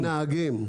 הנהגים.